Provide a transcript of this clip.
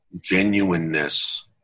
genuineness